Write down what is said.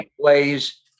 plays